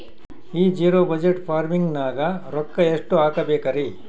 ಈ zero budget farming ನಾಗ್ ರೊಕ್ಕ ಎಷ್ಟು ಹಾಕಬೇಕರಿ?